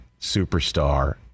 superstar